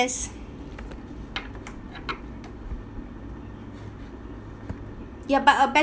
ya but a better